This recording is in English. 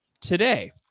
today